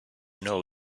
know